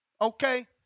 okay